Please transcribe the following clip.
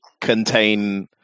contain